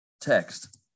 text